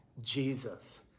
Jesus